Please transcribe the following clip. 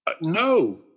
no